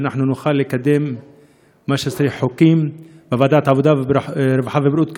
שאנחנו נוכל לקדם חוקים בוועדת העבודה הרווחה והבריאות,